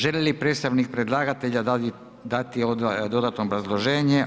Želi li predstavnik predlagatelja dati dodatno obrazloženje?